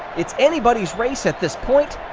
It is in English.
it's anybody's race at this point.